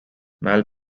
mal